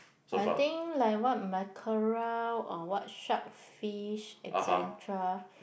but I think like what mackerel or what shark fish et cetera